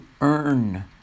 earn